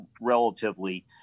relatively